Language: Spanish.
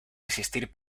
resistir